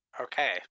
Okay